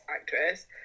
actress